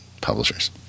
publishers